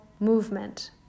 movement